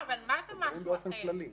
מדברים באופן כללי.